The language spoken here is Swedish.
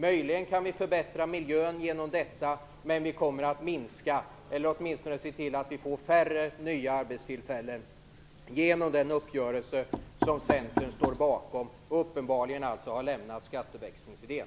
Möjligen kan miljön förbättras genom detta, men det kommer att bli färre nya arbetstillfällen genom den uppgörelse som Centern står bakom. Man har uppenbarligen lämnat skatteväxlingsidén.